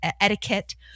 etiquette